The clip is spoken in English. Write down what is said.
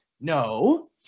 No